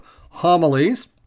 homilies